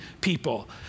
people